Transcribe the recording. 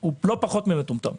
הוא לא פחות ממטומטם.